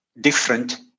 different